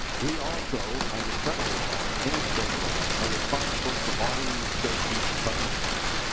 we also under federal law and state law are responsible for auditing the state use of federal funds.